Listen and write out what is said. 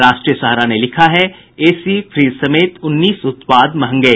राष्ट्रीय सहारा ने लिखा है एसी फ्रीज समेत उन्नीस उत्पाद महंगे